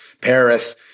Paris